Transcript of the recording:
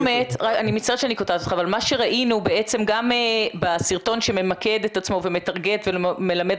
מה שראינו בעצם גם בסרטון שממקד את עצמו ומטרגט ומלמד